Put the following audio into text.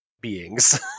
beings